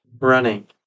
running